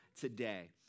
today